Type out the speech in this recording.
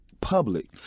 public